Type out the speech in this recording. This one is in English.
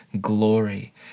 glory